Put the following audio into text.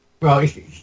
Right